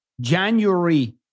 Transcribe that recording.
January